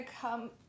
come